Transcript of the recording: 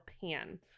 pan